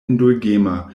indulgema